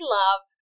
love